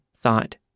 thought